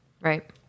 Right